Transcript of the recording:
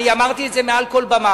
אני אמרתי את זה מעל כל במה,